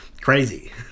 crazy